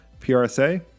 PRSA